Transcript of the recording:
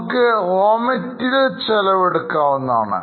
നമുക്ക് Raw material ചെലവ് എടുക്കാവുന്നതാണ്